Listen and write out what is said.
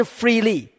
freely